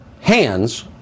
hands